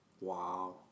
Wow